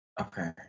Okay